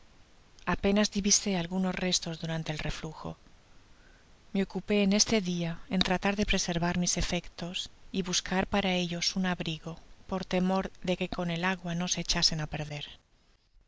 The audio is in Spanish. apenas divisé algunos restos durante el reflujo me ocupé en este dia en tratar de preservar mis efectos y buscar para ellos un abrigó por temor de que con el agua no se echasen á perder